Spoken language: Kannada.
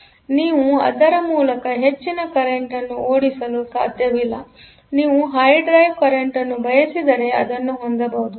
ಆದ್ದರಿಂದ ನೀವು ಅದರ ಮೂಲಕ ಹೆಚ್ಚಿನ ಕರೆಂಟ್ ಅನ್ನು ಓಡಿಸಲು ಸಾಧ್ಯವಿಲ್ಲ ನೀವು ಹೈ ಡ್ರೈವ್ ಕರೆಂಟ್ ಅನ್ನು ಬಯಸಿದರೆ ಇದನ್ನು ಹೊಂದಬಹುದು